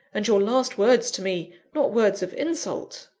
and your last words to me, not words of insult.